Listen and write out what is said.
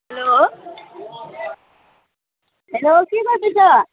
hello hello के गर्दैछ